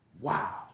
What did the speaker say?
Wow